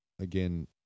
Again